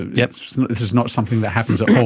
yeah this is not something that happens at home,